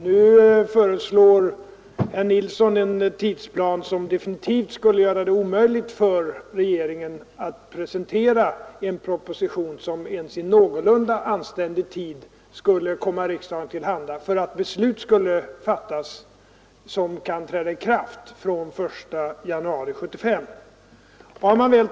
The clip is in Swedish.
Nu föreslår herr Nilsson i Tvärålund en tidsplan som definitivt skulle göra det omöjligt för regeringen att presentera en proposition som ens i någorlunda anständig tid skulle komma riksdagen till handa så att beslut skulle kunna fattas som kan träda i kraft från den 1 januari 1975.